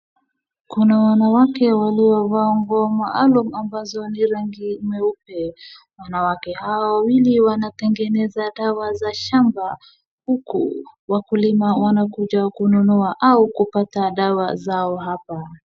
Kuna wanawake waliovaa nguo maalum ambazo ni rangi meupe. Wanawake hawa wawili wanatengeneza dawa za shamba. Huku wakulima wanakuja kununua au kupata dawa zao hapa.